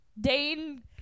Dane